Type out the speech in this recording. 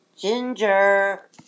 Ginger